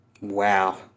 Wow